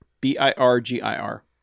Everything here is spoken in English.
B-I-R-G-I-R